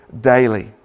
daily